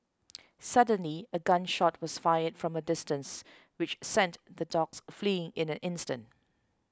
suddenly a gun shot was fired from a distance which sent the dogs fleeing in an instant